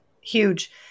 Huge